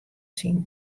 syn